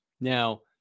Now